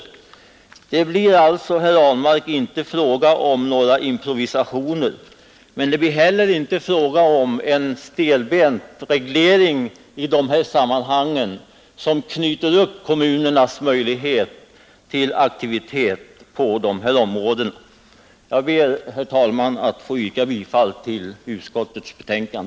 Det blir alltså, herr Ahlmark, inte fråga om några improvisationer. Men det blir heller inte fråga om en stelbent reglering i dessa sammanhang som knyter upp kommunernas möjlighet till aktivitet på detta område. Jag ber, herr talman, att få yrka bifall till utskottets hemställan.